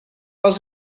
els